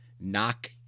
Knock